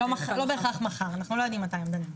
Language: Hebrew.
לא בהכרח מחר, אנחנו לא יודעים מתי הם דנים.